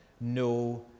no